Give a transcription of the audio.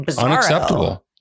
unacceptable